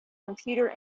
computer